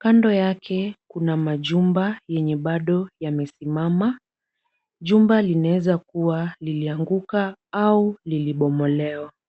Kando yake kuna majumba yenye bado yamesimama. Jumba linaweza kuwa lilianguka au lilibomolewa.